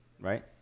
right